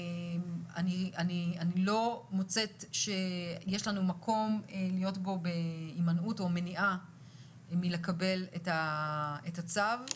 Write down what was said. אני לא חושבת שיש לנו אפשרות להימנע מלקבל את הצו,